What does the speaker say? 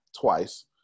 twice